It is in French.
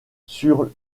sur